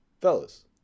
fellas